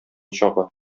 чагы